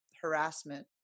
Harassment